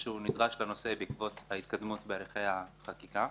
שנדרש לנושא בעקבות ההתקדמות בהליכי החקיקה.